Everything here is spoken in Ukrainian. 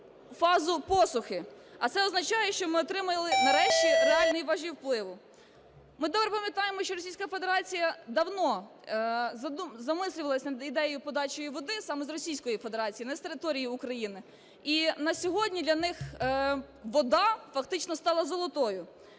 фазу посухи, а це означає, що ми отримали нарешті реальні важелі впливу. Ми добре пам'ятаємо, що Російська Федерація давно замислювалась над ідеєю подачі води саме з Російської Федерації, не з території України. І на сьогодні для них вода фактично стала золотою.